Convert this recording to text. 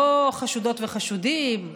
לא חשודות וחשודים,